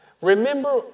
Remember